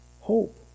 hope